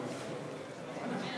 אדוני